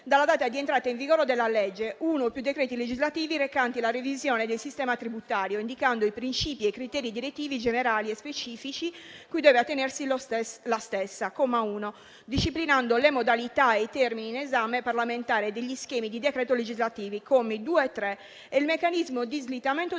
dalla data di entrata in vigore della legge, uno o più decreti legislativi recanti la revisione del sistema tributario, indicando i principi e i criteri direttivi generali e specifici cui deve attenersi la stessa (comma 1), disciplinando le modalità e i termini di esame parlamentare degli schemi di decreto legislativi (commi 2 e 3) e il meccanismo di slittamento del